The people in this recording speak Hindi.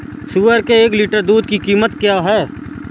सुअर के एक लीटर दूध की कीमत क्या है?